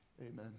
amen